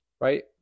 right